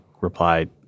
replied